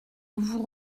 vous